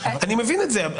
אני מבין את זה,